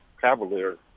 cavalier